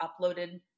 uploaded